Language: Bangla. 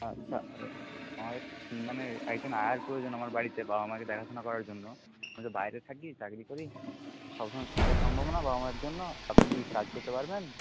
আচ্ছা আমার একটু মানে একজন আয়ার প্রয়োজন আমার বাড়িতে বাবা মাকে দেখা শোনা করার জন্য আমি তো বাইরে থাকি চাকরি করি সব সময় তো থাকা সম্ভব নয় বাবা মায়ের জন্য আপনি কি কাজ করতে পারবেন